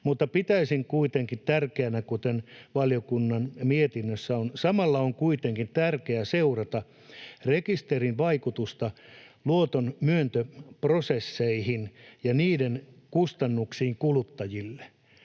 mitä asiantuntijalausunnoissa on tuotu esille — niin ”samalla on kuitenkin tärkeää seurata rekisterin vaikutusta luotonmyöntöprosesseihin ja niiden kustannuksiin kuluttajille”,